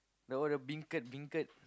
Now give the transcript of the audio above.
all the beancurd beancurd